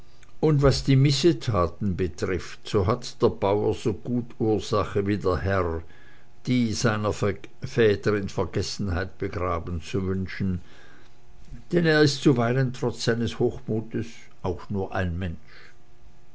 und was die missetaten betrifft so hat der bauer so gut ursache wie der herr die seiner väter in vergessenheit begraben zu wünschen denn er ist zuweilen trotz seines hochmutes auch nur ein mensch